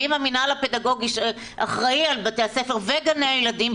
האם המינהל הפדגוגי שאחראי על בתי הספר וגני הילדים,